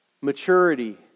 maturity